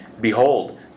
Behold